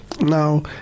Now